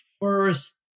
First